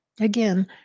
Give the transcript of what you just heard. Again